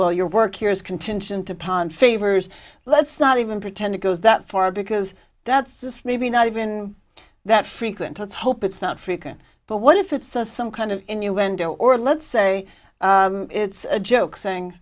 well your work here is contingent upon favors let's not even pretend it goes that far because that's just maybe not even that frequent let's hope it's not frequent but what if it's some kind of innuendo or let's say it's a joke saying